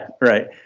Right